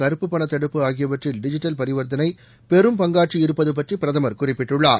கருப்பு பண தடுப்பு ஆகியவற்றில் டிஜிட்டல் பரிவர்த்தனை பெரும் பங்காற்றி இருப்பது பற்றி பிரதமர் குறிப்பிட்டுள்ளார்